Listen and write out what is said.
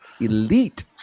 Elite